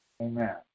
Amen